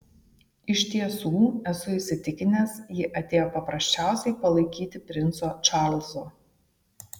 iš tiesų esu įsitikinęs ji atėjo paprasčiausiai palaikyti princo čarlzo